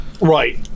right